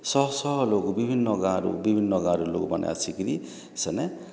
ସହ ସହ ଲୋକ୍ ବିଭିନ୍ନ ଗାଁରୁ ବିଭିନ୍ନ ଗାଁରୁ ଲୋକ୍ ମାନେ ଆସିକିରି ସେନେ